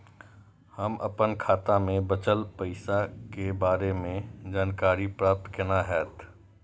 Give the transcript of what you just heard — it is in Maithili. हम अपन खाता में बचल पैसा के बारे में जानकारी प्राप्त केना हैत?